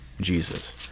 jesus